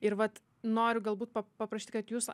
ir vat noriu galbūt pap paprašyti kad jūs